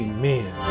Amen